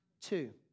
Two